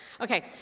Okay